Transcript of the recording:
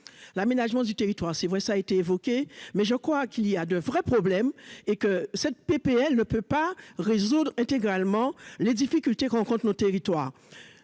l'aménagement du territoire, c'est vrai, ça été évoqué, mais je crois qu'il y a de vrais problèmes et que cette PPL ne peut pas résoudre intégralement les difficultés que rencontrent nos territoires